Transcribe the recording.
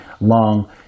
long